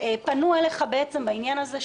פנו אליך בעניין הזה,